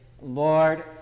Lord